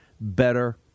better